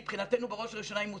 מבחינתנו בראש ובראשונה היא מוצדקת,